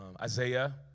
Isaiah